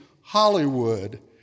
Hollywood